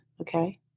okay